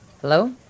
Hello